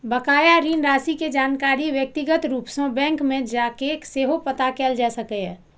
बकाया ऋण राशि के जानकारी व्यक्तिगत रूप सं बैंक मे जाके सेहो पता कैल जा सकैए